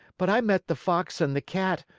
but i met the fox and the cat,